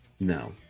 No